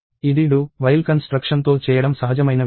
ఇది do while కన్స్ట్రక్షన్తో చేయడం సహజమైన విషయం